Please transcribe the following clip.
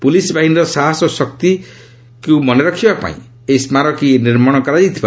police ବାହିନୀର ସାହସ ଓ ଶକ୍ତି ମନେ ପକାଇବା ପାଇଁ ଏହି ସ୍କାରକୀ ନିର୍ମାଣ କରାଯାଇଛି